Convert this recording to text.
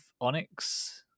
Onyx